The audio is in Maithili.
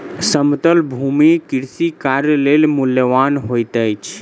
समतल भूमि कृषि कार्य लेल मूल्यवान होइत अछि